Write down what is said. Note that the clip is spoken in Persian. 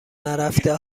نرفته